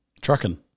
trucking